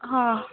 हा